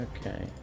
Okay